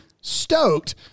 stoked